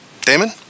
Damon